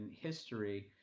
history